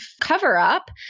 cover-up